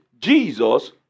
Jesus